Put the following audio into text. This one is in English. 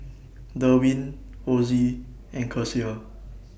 Derwin Ozie and Kecia